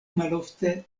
malofte